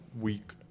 week